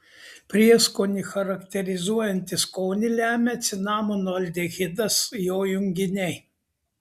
prieskonį charakterizuojantį skonį lemia cinamono aldehidas jo junginiai